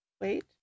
Wait